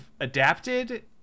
adapted